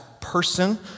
person